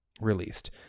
released